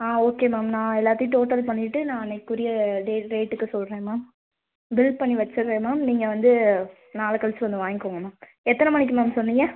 ஆ okay ma'am நான் எல்லாத்தையும் total பண்ணிவிட்டு நான் அன்றைக்குரிய ரே ரேட்டுக்கு சொல்கிறேன் மேம் பில் பண்ணி வெச்சுர்றேன் மேம் நீங்கள் வந்து நாளை கழிச்சி வந்து வாங்கிக்கோங்க மேம் எத்தனை மணிக்கு மேம் சொன்னீங்க